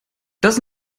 das